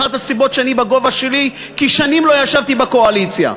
אחת הסיבות שאני בגובה שלי היא ששנים לא ישבתי בקואליציה.